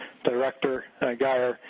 director guyer.